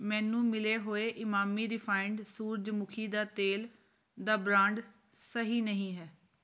ਮੈਨੂੰ ਮਿਲੇ ਹੋਏ ਇਮਾਮੀ ਰਿਫਾਇੰਡ ਸੂਰਜਮੁਖੀ ਦਾ ਤੇਲ ਦਾ ਬ੍ਰਾਂਡ ਸਹੀ ਨਹੀਂ ਹੈ